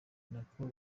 nako